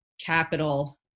capital